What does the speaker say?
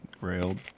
railed